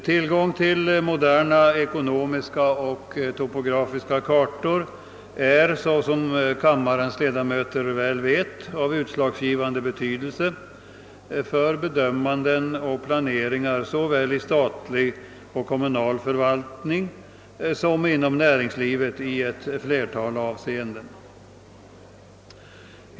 Tillgången på moderna ekonomiska och topografiska kartor har, såsom kammarens ledamöter väl vet, utslagsgivande betydelse för bedömanden och planeringar såväl i statlig och kommunal förvaltning som inom näringslivet i ett flertal avseenden.